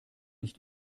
nicht